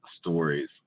stories